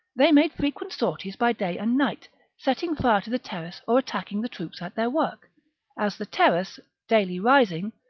they made frequent sorties by day and night, setting fire to the terrace or attacking the troops at their work as the terrace, daily rising,